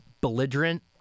belligerent